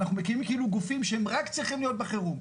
אנחנו מקימים כאילו גופים שרק צריכים להיות רק בחירום,